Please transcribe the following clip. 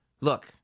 Look